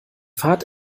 fahrt